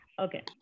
Okay